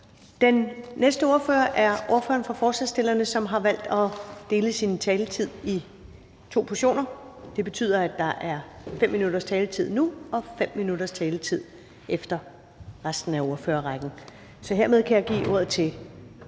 Den næste ordfører er ordføreren for forslagsstillerne, som har valgt at dele sin taletid i to portioner. Det betyder, at der er 5 minutters taletid nu og 5 minutters taletid efter resten af ordførertalerne. Hermed kan jeg give ordet til